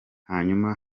hanyuma